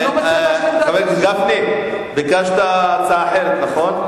חבר הכנסת גפני, ביקשת הצעה אחרת, נכון?